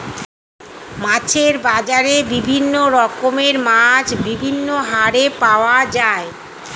মাছের বাজারে বিভিন্ন রকমের মাছ বিভিন্ন হারে পাওয়া যায়